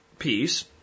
Piece